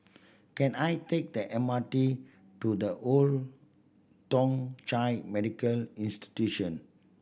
can I take the M R T to The Old Thong Chai Medical Institution